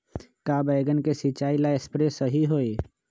का बैगन के सिचाई ला सप्रे सही होई?